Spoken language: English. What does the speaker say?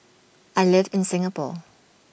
I live in Singapore